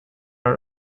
are